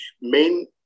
main